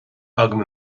agam